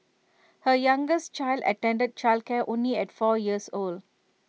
her youngest child attended childcare only at four years old